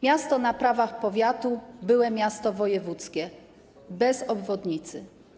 Miasto na prawach powiatu, byłe miasto wojewódzkie - bez obwodnicy.